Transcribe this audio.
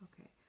Okay